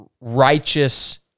righteous